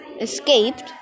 escaped